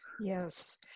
Yes